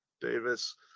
Davis